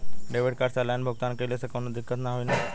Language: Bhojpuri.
डेबिट कार्ड से ऑनलाइन भुगतान कइले से काउनो दिक्कत ना होई न?